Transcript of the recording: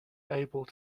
able